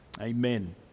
Amen